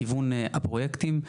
לכיוון הפרויקטים.